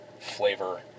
flavor